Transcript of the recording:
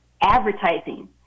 advertising